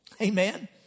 Amen